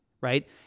right